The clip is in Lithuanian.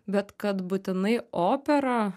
bet kad būtinai opera